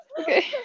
okay